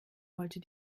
wollte